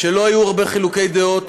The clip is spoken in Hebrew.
לא היו הרבה חילוקי דעות.